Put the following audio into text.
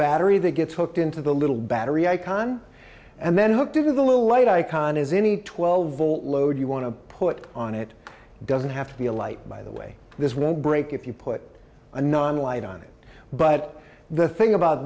battery that gets hooked into the little battery icon and then hooked up to the little light icon is any twelve volt load you want to put on it doesn't have to be a light by the way this won't break if you put a non light on it but the thing about